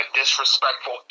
disrespectful